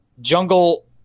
jungle